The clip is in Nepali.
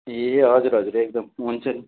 ए हजुर हजुर एकदम हुन्छ नि